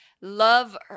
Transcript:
Love